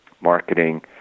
marketing